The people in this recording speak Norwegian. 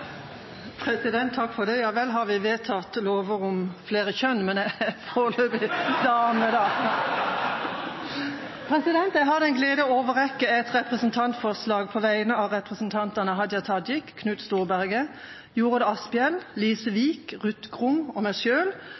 Vel har vi vedtatt lover om flere kjønn, men jeg er foreløpig dame. På vegne av representantene Hadia Tajik, Jorodd Asphjell, Knut Storberget, Ruth Grung, Lise Wiik og meg selv har jeg den glede å framsette et representantforslag